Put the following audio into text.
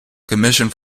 commissioned